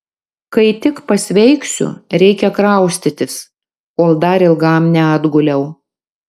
kai tik pasveiksiu reikia kraustytis kol dar ilgam neatguliau